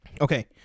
Okay